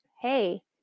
hey